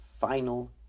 final